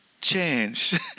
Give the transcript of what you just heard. change